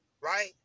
right